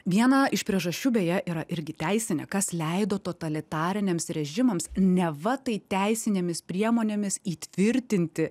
vieną iš priežasčių beje yra irgi teisinė kas leido totalitariniams režimams neva tai teisinėmis priemonėmis įtvirtinti